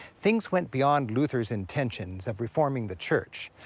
things went beyond luther's intentions of reforming the church.